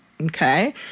okay